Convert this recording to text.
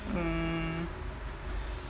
mm